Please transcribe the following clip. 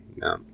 No